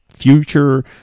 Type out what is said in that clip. future